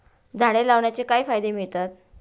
झाडे लावण्याने काय फायदे मिळतात?